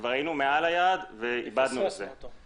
כבר היינו מעל היעד ואבדנו את זה.